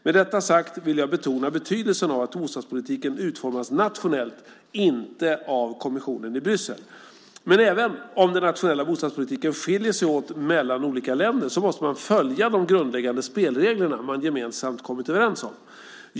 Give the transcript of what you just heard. Med detta sagt vill jag betona betydelsen av att bostadspolitiken utformas nationellt, inte av kommissionen i Bryssel. Men även om den nationella bostadspolitiken skiljer sig åt mellan olika länder så måste man följa de grundläggande spelreglerna man gemensamt kommit överens om.